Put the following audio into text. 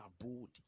abode